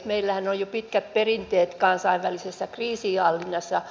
meillähän on jo pitkät perinteet kansainvälisessä kriisinhallinnassa